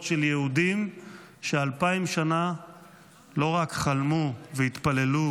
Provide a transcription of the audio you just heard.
של יהודים שאלפיים שנה לא רק חלמו והתפללו